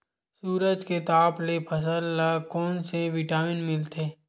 सूरज के ताप ले फसल ल कोन ले विटामिन मिल थे?